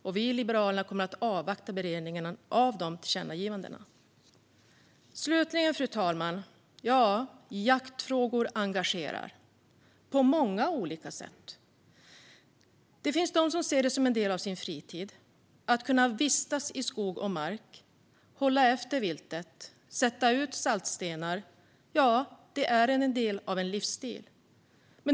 Vi i Liberalerna kommer att avvakta beredningen av de tillkännagivandena. Fru talman! Jaktfrågor engagerar på många olika sätt. Det finns de som ser det som en del av sin fritid att kunna vistas i skog och mark, hålla efter viltet och sätta ut saltstenar. Det är en del av en livsstil.